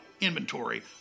inventory